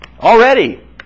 Already